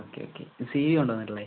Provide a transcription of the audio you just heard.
okay okay C V കൊണ്ടുവന്നിട്ടുണ്ടോ